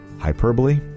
Hyperbole